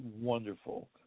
wonderful